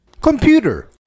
Computer